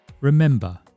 remember